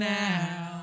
now